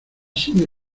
sido